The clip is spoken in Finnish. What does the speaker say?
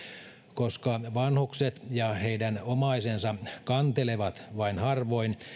koska vanhukset ja heidän omaisensa kantelevat vain harvoin